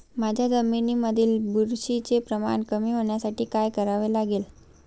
माझ्या जमिनीमधील बुरशीचे प्रमाण कमी होण्यासाठी काय करावे लागेल?